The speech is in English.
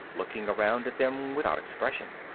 looking around at them without expression.